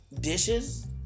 dishes